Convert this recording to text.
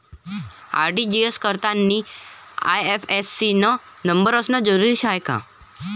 RTGS करतांनी IFSC न number असनं जरुरीच हाय का?